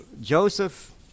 Joseph